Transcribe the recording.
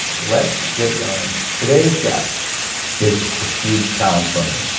let's get going today's guest is a huge challenge for me,